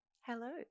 Hello